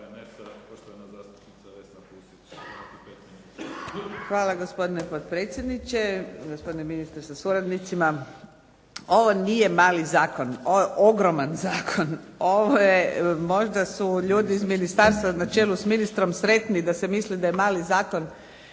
Hvala, gospodine potpredsjedniče. Gospodine ministre sa suradnicima. Ovo nije mali zakon, ovo je ogroman zakon. Možda su ljudi iz ministarstva na čelu s ministrom sretni da se misli da je mali zakon